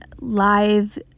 live